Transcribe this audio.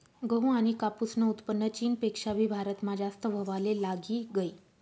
गहू आनी कापूसनं उत्पन्न चीनपेक्षा भी भारतमा जास्त व्हवाले लागी गयी